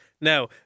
Now